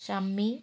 Shammi